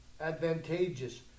Advantageous